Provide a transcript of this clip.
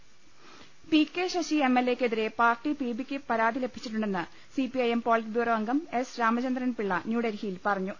ലലലലലലലലലലലല P K Sasi M L എയ്ക്കെതിരെ party P ബിയ്ക്ക് പരാതി ലഭിച്ചിട്ടുണ്ടെന്ന് C P I M politburo അംഗം എസ് രാമചന്ദ്രൻപിളള ന്യൂഡൽഹിയിൽ പറഞ്ഞു